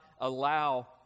allow